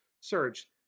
search